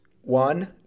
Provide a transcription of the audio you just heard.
one